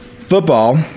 Football